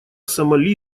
сомали